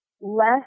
less